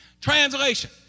Translation